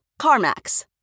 CarMax